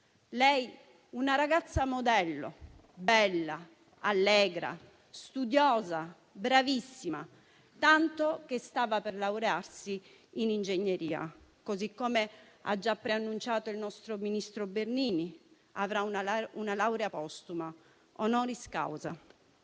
lei, una ragazza modello, bella, allegra, studiosa e bravissima, tanto che stava per laurearsi in ingegneria (come già preannunciato dal nostro ministro Bernini, avrà una laurea postuma *honoris causa*)